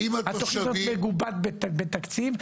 התכנית מגובש בתקציב,